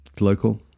local